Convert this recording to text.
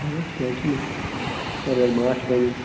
اہن حظ کینٛہہ چھِنہٕ پَرواے ماچھ بَنہِ